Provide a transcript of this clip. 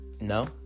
No